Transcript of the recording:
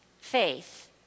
faith